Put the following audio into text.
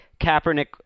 Kaepernick